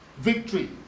Victory